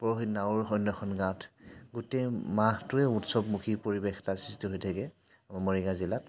পৰহিদিনা আৰু আৰু এখন অইন এখন গাঁৱত গোটেই মাহটোৱে উৎসৱমুখী পৰিৱেশ এটাৰ সৃষ্টি হৈ থাকে আমাৰ মৰিগাঁও জিলাত